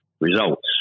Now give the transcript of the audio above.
results